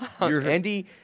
Andy